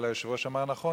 אבל היושב-ראש אמר נכון